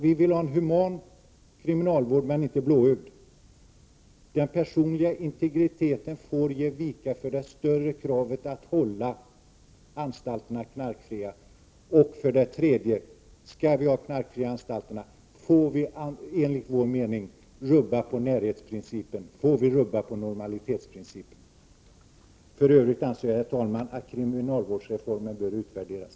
Vi vill ha en human kriminalvård — inte en blåögd! Den personliga integriteten får ge vika för det större kravet att anstalterna skall hållas knarkfria. Om vi skall hålla anstalterna knarkfria får vi rubba på närhetsprincipen och normalitetsprincipen. Herr talman! För övrigt anser jag att kriminalvårdsreformen bör utvärderas.